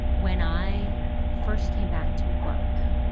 when i first came back to work,